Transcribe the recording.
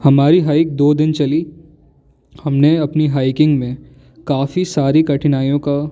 हमारी हाइक दो दिन चली हमने अपनी हाइकिंग में काफ़ी सारी कठिनाइयों का